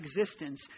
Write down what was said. existence